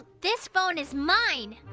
this phone is mine!